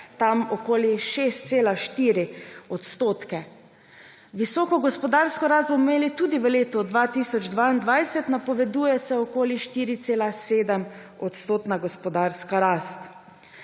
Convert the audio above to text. rast, okoli 6,4 %. Visoko gospodarsko rast bomo imeli tudi v letu 2022, napoveduje se okoli 4,7-odstotna gospodarska rast.